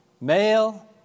Male